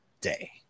day